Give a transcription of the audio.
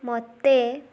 ମୋତେ